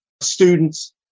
students